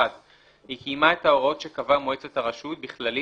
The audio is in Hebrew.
(1)היא קיימה את ההוראות שקבעה מועצת הרשות בכללים